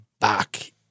back